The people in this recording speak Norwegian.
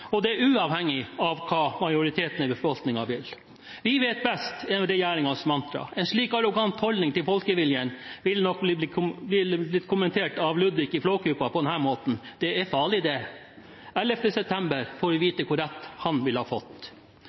og det uavhengig av hva majoriteten i befolkningen vil. Vi vet best, er regjeringens mantra. En slik arrogant holdning til folkeviljen ville nok blitt kommentert av Ludvig i Flåklypa på denne måten: «Det er fali’ det.» Den 11. september vil vi få vite hvor rett han ville fått.